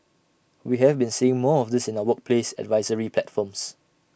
we have been seeing more of this in our workplace advisory platforms